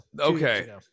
Okay